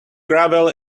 gravel